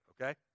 okay